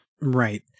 Right